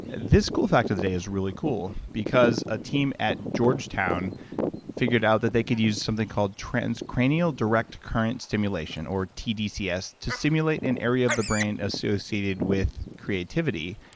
this cool fact of the day is really cool, because a team at georgetown figured out that they could use something called transcranial direct current stimulation, or tdcs, to stimulate an area of the brain associated with creativity.